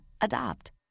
Adopt